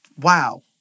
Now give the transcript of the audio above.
wow